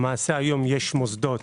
כיום יש מוסדות